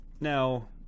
Now